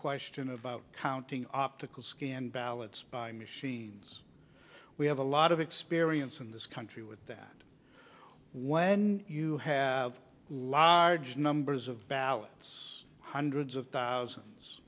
question about counting optical scan ballots by machines we have a lot of experience in this country with that when you have large numbers of ballots hundreds of thousands